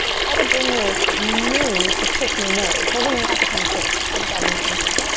try to bring your knee to kiss your nose. doesn't even have to come close. just give it that intention.